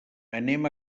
anem